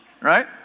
right